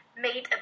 made